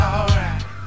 Alright